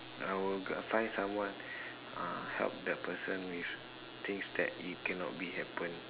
I will find someone uh help the person with things that it cannot be happen